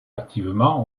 activement